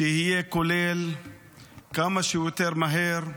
שיהיה כולל כמה שיותר מהר,